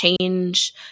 change